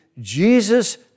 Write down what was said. Jesus